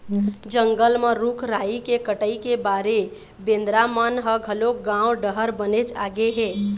जंगल म रूख राई के कटई के मारे बेंदरा मन ह घलोक गाँव डहर बनेच आगे हे